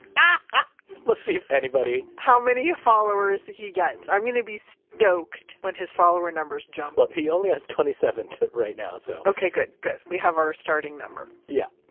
and let's see if anybody how many followers he gets. i'm going to be stoked when his follower numbers jump well, he only has twenty seven right now so okay, good, good. we have our starting number yeah.